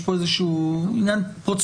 יש פה איזה עניין פרוצדורלי,